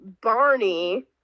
Barney